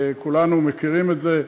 כולנו מכירים את זה.